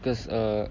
because uh